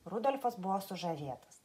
rudolfas buvo sužavėtas